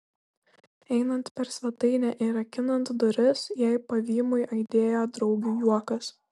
einant per svetainę ir rakinant duris jai pavymui aidėjo draugių juokas